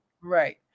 Right